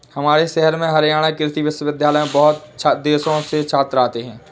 हमारे शहर में हरियाणा कृषि विश्वविद्यालय में बहुत देशों से छात्र आते हैं